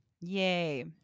yay